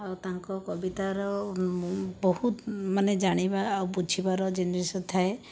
ଆଉ ତାଙ୍କ କବିତାର ବହୁତ ମାନେ ଜାଣିବା ଆଉ ବୁଝିବାର ଜିନିଷ ଥାଏ